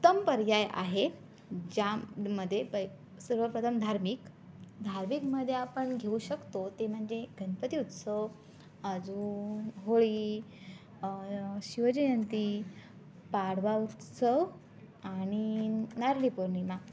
उत्तम पर्याय आहे ज्यामध्ये पै सर्वप्रथम धार्मिक धार्मिकमध्ये आपण घेऊ शकतो ते म्हणजे गणपती उत्सव अजून होळी शिवजयंती पाडवा उत्सव आणि नारळी पौर्णिमा